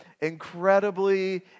incredibly